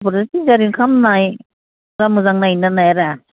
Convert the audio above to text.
caesarean खालामनाय बा मोजां नायोना नायारा